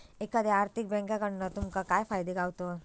एखाद्या आर्थिक बँककडना तुमका काय फायदे गावतत?